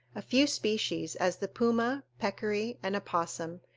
a few species, as the puma, peccari, and opossum,